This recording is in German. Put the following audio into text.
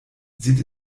sieht